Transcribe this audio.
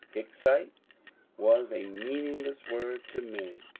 hicksite was a meaning less word to me.